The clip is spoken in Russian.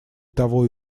того